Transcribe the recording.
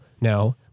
no